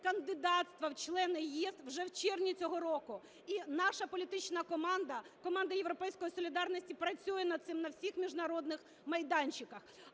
кандидатства в члени ЄС вже в червні цього року. І наша політична команда, команда "Європейської солідарності", працює над цим на всіх міжнародних майданчиках.